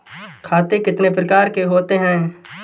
खाते कितने प्रकार के होते हैं?